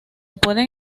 pueden